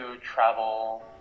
travel